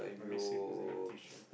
let me see if there's any tissue